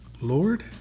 Lord